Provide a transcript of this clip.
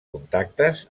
contactes